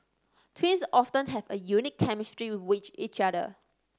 twins often have a unique chemistry with each other